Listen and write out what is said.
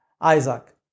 Isaac